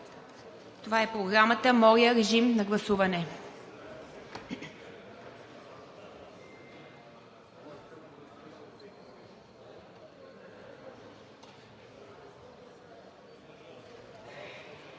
Това е Програмата – моля, режим на гласуване.